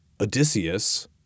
Odysseus